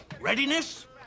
Readiness